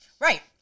Right